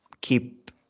keep